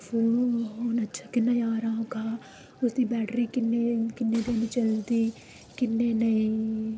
हून अच्छा किन्ना ज्हारां होगा ओह्दी बैटरी किन्ने दिन चलदी किन्ने नेईं